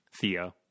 thea